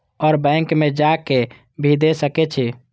और बैंक में जा के भी दे सके छी?